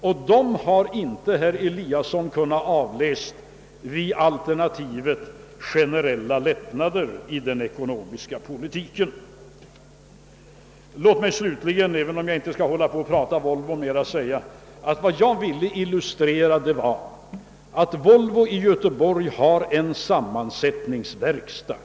Det resultatet hade herr Eliasson inte kunnat avläsa med alternativet generella lättnader i den ekonomiska politiken. Låt mig säga, även om jag inte längre skall tala om Volvo, att vad jag ville illustrera var följande: Volvo i Göteborg har en sammansättningsverkstad.